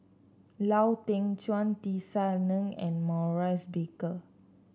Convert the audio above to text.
Lau Teng Chuan Tisa Ng and Maurice Baker